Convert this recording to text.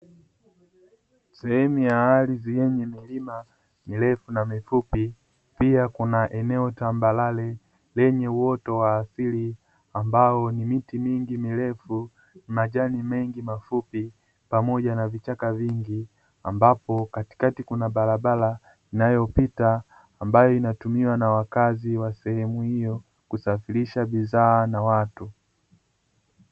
Sehemu ya ardhi yenye milima mirefu na mifupi, pia kuna eneo tambarare lenye uoto wa asili, ambao ni miti mingi mirefu, majani mengi mafupi pamoja na vichaka vingi, ambapo katikati kuna barabara inayopita, ambayo inatumiwa na wakazi wa sehemu hiyo kusafirisha bidhaa na watu.